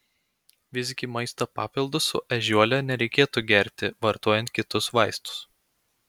visgi maisto papildus su ežiuole nereikėtų gerti vartojant kitus vaistus